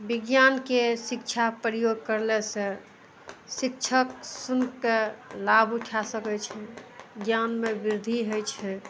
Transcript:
विज्ञानके शिक्षा प्रयोग करलेसँ शिक्षक सुनके लाभ उठा सकय छै ज्ञानमे वृद्धि होइ छै